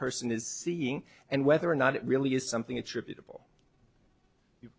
person is seeing and whether or not it really is something attributable